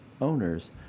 owners